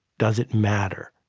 does it matter?